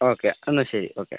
okay എന്നാൽ ശരി okay